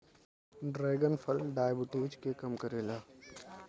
dragon फल diabetes के कम करेला